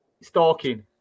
stalking